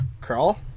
Crawl